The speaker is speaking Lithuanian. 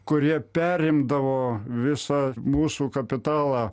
kurie perimdavo visą mūsų kapitalą